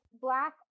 black